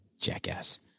jackass